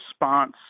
response